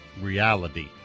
reality